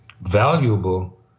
valuable